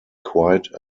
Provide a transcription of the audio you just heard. quite